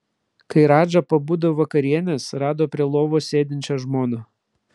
kai radža pabudo vakarienės rado prie lovos sėdinčią žmoną